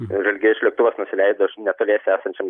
žalgiriečių lėktuvas nusileido iš netoliese esančiam